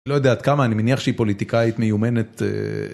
לא יודעת כמה, אני מניח שהיא פוליטיקאית מיומנת.